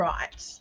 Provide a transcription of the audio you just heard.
Right